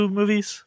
movies